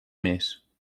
més